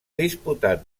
disputat